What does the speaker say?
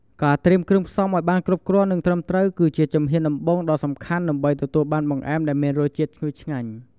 ការត្រៀមគ្រឿងផ្សំឱ្យបានគ្រប់គ្រាន់ និងត្រឹមត្រូវ គឺជាជំហានដំបូងដ៏សំខាន់ដើម្បីទទួលបានបង្អែមដែលមានរសជាតិឈ្ងុយឆ្ងាញ់។